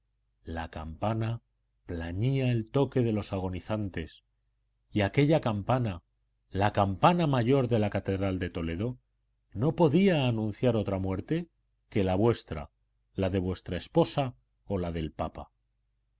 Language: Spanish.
la campana plañía el toque de los agonizantes y aquella campana la campana mayor de la catedral de toledo no podía anunciar otra muerte que la vuestra la de vuestra esposa o la del papa